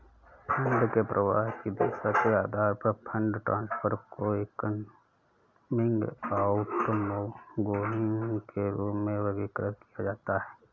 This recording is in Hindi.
फंड के प्रवाह की दिशा के आधार पर फंड ट्रांसफर को इनकमिंग, आउटगोइंग के रूप में वर्गीकृत किया जाता है